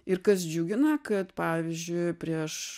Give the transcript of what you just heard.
ir kas džiugina kad pavyzdžiui prieš